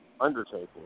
undertaking